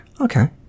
okay